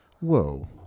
Whoa